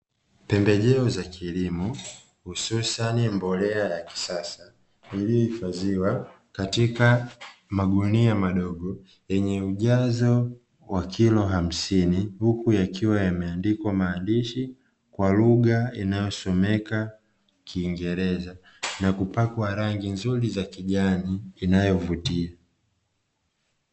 Pembejeo za kilimo hususani mbolea ya kisasa iliyohifadhiwa katika magunia madogo yenye ujazo wa kilo hamsini, huku yakiwa yameandikwa maandishi kwa lugha inayosomeke kingereza; na kupakwa rangi nzuri za kijani inayovutia.